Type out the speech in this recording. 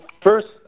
first